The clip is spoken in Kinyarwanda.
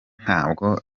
ntabwo